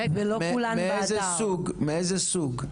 מאיזה סוג,